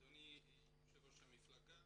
אדוני יו"ר הוועדה,